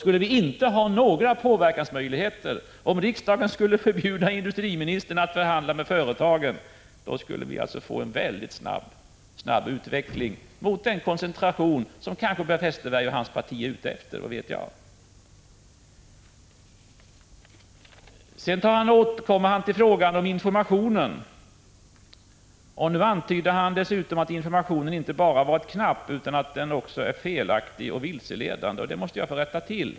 Skulle vi inte ha några påverkansmöjligheter, om riksdagen skulle förbjuda industriministern att förhandla med företagen, skulle vi få en väldigt snabb utveckling mot koncentration — en koncentration som kanske Per Westerberg och hans parti är ute efter, vad vet jag? Sedan återkom Per Westerberg till frågan om informationen, och antydde den här gången att informationen inte bara varit knapp utan också felaktig och vilseledande. Det måste jag få rätta till.